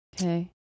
Okay